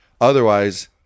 Otherwise